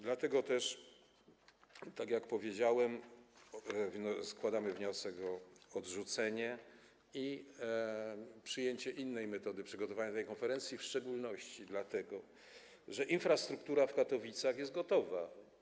Dlatego też, tak jak powiedziałem, składamy wniosek o odrzucenie projektu i przyjęcie innej metody przygotowania tej konferencji, w szczególności dlatego że infrastruktura w Katowicach jest gotowa.